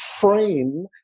frame